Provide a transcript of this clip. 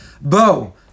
Bo